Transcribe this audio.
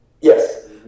Yes